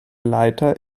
leiter